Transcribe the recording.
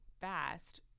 fast